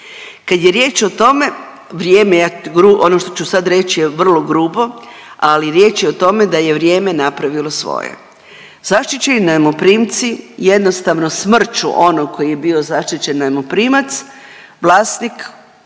Kad je riječ o tome vrijeme, ja ono ću sad reći je vrlo grubo, ali riječ je o tome da je vrijeme napravilo svoje. Zaštićeni najmoprimci jednostavno smrću onog koji je bio zaštićeni najmoprimac vlasnik